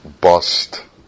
bust